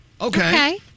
Okay